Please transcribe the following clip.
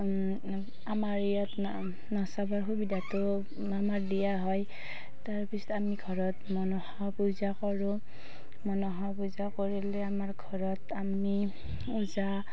আমাৰ ইয়াত নাচাবৰ সুবিধাতো আমাৰ দিয়া হয় তাৰ পিছত আমি ঘৰত মনসা পূজা কৰোঁ মনসা পূজা কৰিলে আমাৰ ঘৰত আমি ওজা